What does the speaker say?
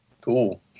Cool